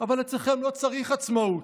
אבל אצלכם לא צריך עצמאות,